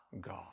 God